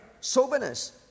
Soberness